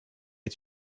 est